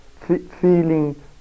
feeling